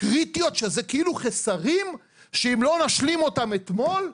קריטיות שזה כאילו חסרים שאם לא נשלים אותם אתמול,